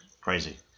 Crazy